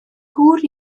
gŵr